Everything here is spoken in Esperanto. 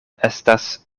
estas